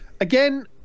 Again